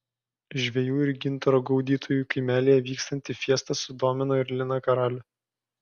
žvejų ir gintaro gaudytojų kaimelyje vykstanti fiesta sudomino ir liną karalių